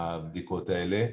הבדיקות האלה.